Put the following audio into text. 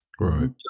Right